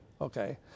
Okay